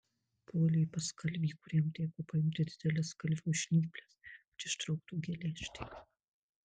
puolė pas kalvį kuriam teko paimti dideles kalvio žnyples kad ištrauktų geležtę